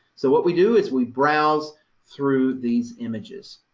so what we do is we browse through these images.